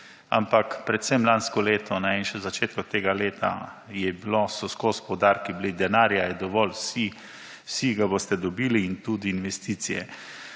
ampak predvsem lansko leto in še v začetku tega leta je bilo, so skozi poudarki bili denarja je dovolj, vsi ga boste dobili in tudi investicije.